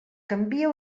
canvia